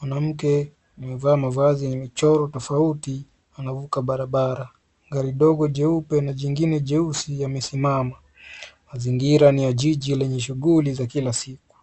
Mwanamke amevaa mavazi yenye michoro tofauti anavuka barabara. Gari ndogo jeupe na lingine jeusi yamesimama. Mazingira ni ya jiji lenye shughli za kila siku.